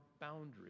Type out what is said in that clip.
boundaries